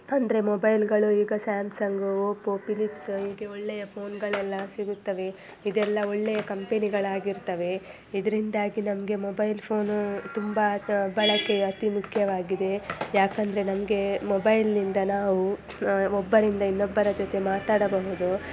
ಅಂದರೆ ಮೊಬೈಲ್ಗಳು ಈಗ ಸ್ಯಾಮ್ಸಂಗು ಒಪ್ಪೋ ಪಿಲಿಪ್ಸ್ ಹೀಗೆ ಒಳ್ಳೆಯ ಫೋನ್ಗಳೆಲ್ಲ ಸಿಗುತ್ತವೆ ಇದೆಲ್ಲ ಒಳ್ಳೆಯ ಕಂಪೆನಿಗಳಾಗಿರ್ತವೆ ಇದರಿಂದಾಗಿ ನಮಗೆ ಮೊಬೈಲ್ ಫೋನೂ ತುಂಬ ಬಳಕೆ ಅತೀ ಮುಖ್ಯವಾಗಿದೆ ಯಾಕಂದರೆ ನಮಗೆ ಮೊಬೈಲ್ನಿಂದ ನಾವು ಒಬ್ಬರಿಂದ ಇನ್ನೊಬ್ಬರ ಜೊತೆ ಮಾತಾಡಬಹುದು